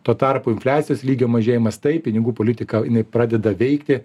tuo tarpu infliacijos lygio mažėjimas tai pinigų politika jinai pradeda veikti